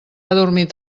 adormit